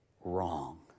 wrong